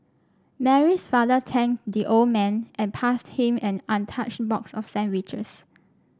Mary's father thanked the old man and passed him an untouched box of sandwiches